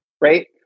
right